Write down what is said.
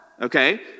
okay